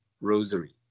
rosary